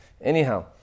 Anyhow